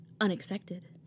unexpected